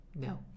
No